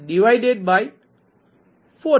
831004057